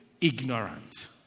ignorant